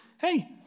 hey